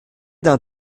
d’un